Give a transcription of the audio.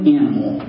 animal